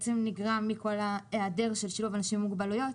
שנגרם מהיעדר של שילוב אנשים עם מוגבלויות.